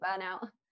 burnout